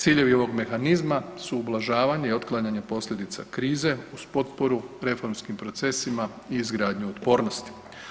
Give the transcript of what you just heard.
Ciljevi ovog mehanizma su ublažavanje i otklanjanje posljedica krize uz potporu reformskim procesima i izgradnju otpornosti.